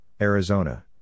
Arizona